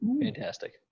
fantastic